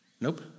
Nope